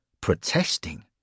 protesting